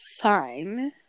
fine